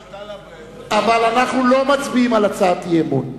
אבל אנחנו לא מצביעים על הצעת אי-אמון.